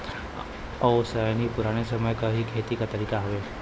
ओसैनी पुराने समय क ही खेती क तरीका हउवे